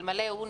שאלמלא הוא,